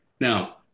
Now